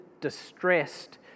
distressed